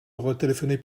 retéléphoner